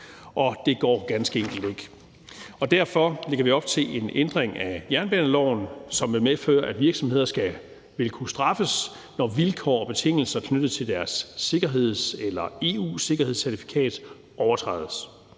Det går ganske enkelt ikke. Derfor lægger vi op til en ændring af jernbaneloven, som vil medføre, at virksomheder vil kunne straffes, når vilkår og betingelser knyttet til deres sikkerhedscertifikat og EU-sikkerhedscertifikat overtrædes.